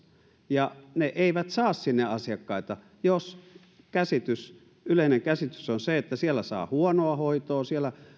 ja ne eivät saa sinne asiakkaita jos yleinen käsitys on se että siellä saa huonoa hoitoa ja siellä